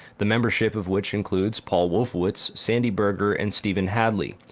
the membership of which includes paul wolfowitz, sandy berger and stephen hadley.